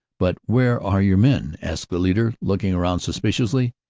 but where are your men? asked the leader, looking round suspiciously.